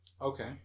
Okay